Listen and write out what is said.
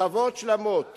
שכבות שלמות